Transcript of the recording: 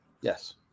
Yes